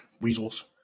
weasels